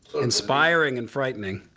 inspiring and frightening.